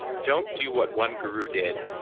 don't do what one guru did.